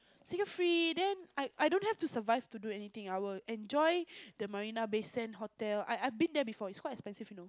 sick a free then I I don't have to survive to do anything I will enjoy the Marina Bay Sand hotel I've I've been there before it's quite expensive you know